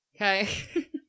Okay